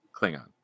Klingon